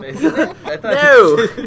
No